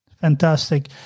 Fantastic